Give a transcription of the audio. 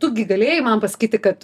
tu gi galėjai man pasakyti kad